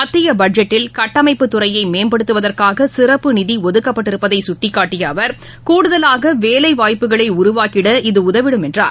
மத்திய பட்ஜெட்டில் கட்டமைப்பு துறையை மேம்படுத்துவதற்காக சிறப்பு நிதி ஒதுக்கப்பட்டிருப்பதை சுட்டிக்காட்டிய அவர் கூடுதலாக வேலை வாய்ப்புக்களை உருவாக்கிட இது உதவிடும் என்றும் கூறினார்